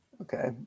okay